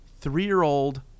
three-year-old